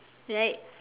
right